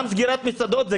גם סגירת מסעדות,